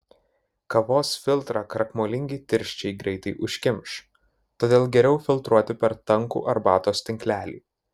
kavos filtrą krakmolingi tirščiai greitai užkimš todėl geriau filtruoti per tankų arbatos tinklelį